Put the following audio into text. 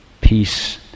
peace